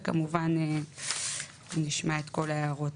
וכמובן נשמע את כל ההערות.